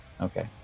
okay